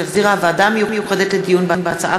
שהחזירה הוועדה המיוחדת לדיון בהצעת